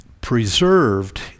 preserved